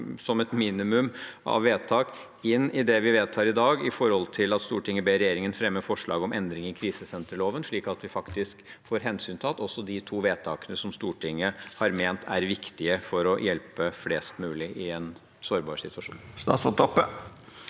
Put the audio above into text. seg disse to vedtakene inn i det vi vedtar i dag om at Stortinget ber regjeringen fremme forslag om endringer i krisesenterloven, slik at vi faktisk også får hensyntatt de to vedtakene som Stortinget har ment er viktige for å hjelpe flest mulig i en sårbar situasjon?